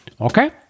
Okay